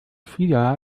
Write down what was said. vila